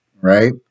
Right